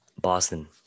Boston